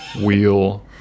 wheel